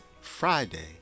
Friday